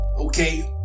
okay